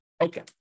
Okay